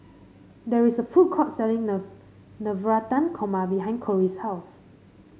there is a food court selling Navratan Korma behind Cory's house